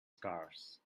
scarce